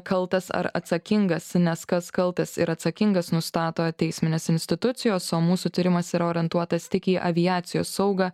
kaltas ar atsakingas nes kas kaltas ir atsakingas nustato teisminės institucijos o mūsų tyrimas yra orientuotas tik į aviacijos saugą